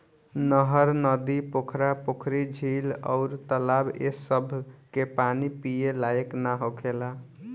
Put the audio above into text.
नहर, नदी, पोखरा, पोखरी, झील अउर तालाब ए सभ के पानी पिए लायक ना होखेला